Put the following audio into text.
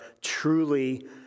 truly